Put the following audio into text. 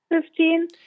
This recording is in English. Fifteen